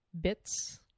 bits